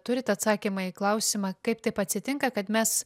turit atsakymą į klausimą kaip taip atsitinka kad mes